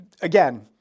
Again